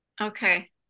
Okay